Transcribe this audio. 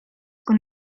con